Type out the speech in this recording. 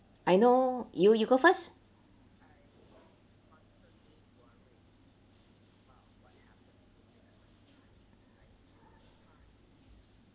I know you you go first